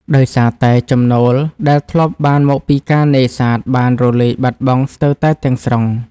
ដោយសារតែចំណូលដែលធ្លាប់បានមកពីការនេសាទបានរលាយបាត់បង់ស្ទើរតែទាំងស្រុង។